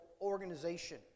organization